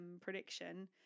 prediction